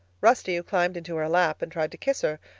rusty, who climbed into her lap and tried to kiss her,